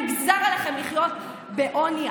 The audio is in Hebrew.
נגזר עליכם לחיות בעוני,